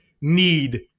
need